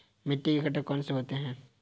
मिट्टी के घटक कौन से होते हैं?